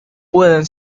pueden